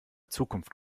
zukunft